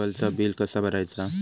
केबलचा बिल कसा भरायचा?